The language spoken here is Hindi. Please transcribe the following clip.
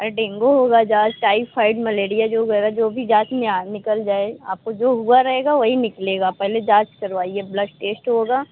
अगर डेंगू होगा जाँच टाईफाईड मलेरिया जो वगैरह जो भी जाँच में आ निकल जाए आपको जो हुआ रहेगा वही निकलेगा पहले जाँच करवाइए ब्लड टेस्ट होगा